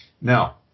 Now